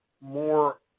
more